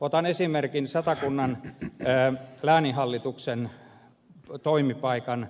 otan esimerkiksi satakunnan lääninhallituksen toimipaikan